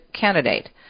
candidate